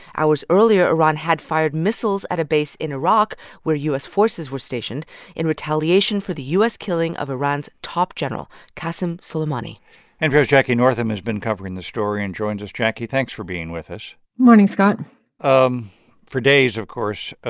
hours earlier, iran had fired missiles at a base in iraq where u s. forces were stationed in retaliation for the u s. killing of iran's top general, qassem soleimani npr's jackie northam has been covering the story and joins us. jackie, thanks for being with us morning, scott um for days, of course,